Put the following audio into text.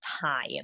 time